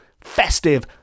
festive